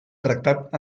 tractat